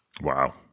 Wow